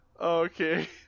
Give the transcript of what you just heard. Okay